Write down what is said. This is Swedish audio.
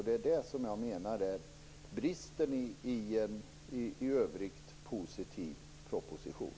Det är det som jag menar är bristen i en i övrigt positiv proposition.